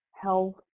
health